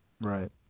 Right